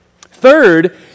Third